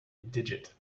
digit